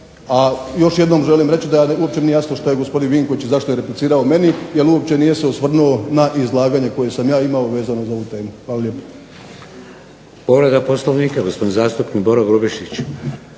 A još jednom želim reći da uopće mi nije jasno što je gospodin Vinković i zašto je replicirao meni jer uopće nije se osvrnuo na izlaganje koje sam ja imao vezano za ovu temu. Hvala lijepo. **Šeks, Vladimir (HDZ)** Povreda Poslovnika, gospodin zastupnik Boro Grubišić.